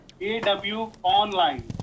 A-W-Online